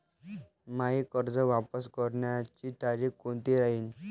मायी कर्ज वापस करण्याची तारखी कोनती राहीन?